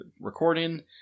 recording